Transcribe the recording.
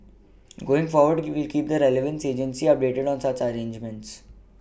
going forward we will keep that relevant agencies see updated on such arrangements